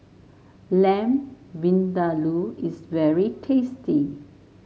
Lamb Vindaloo is very tasty